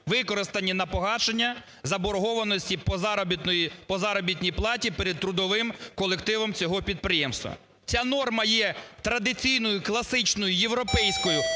використані на погашення заборгованості по заробітній платі перед трудовим колективом цього підприємства. Ця норма є традиційною, класичною, європейською